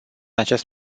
acest